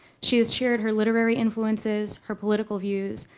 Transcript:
she has shared her literary influences, her political views,